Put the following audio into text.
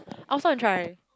I also want to try